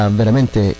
veramente